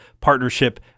partnership